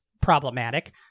problematic